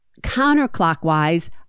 counterclockwise